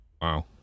Wow